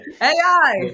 AI